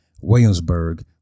Williamsburg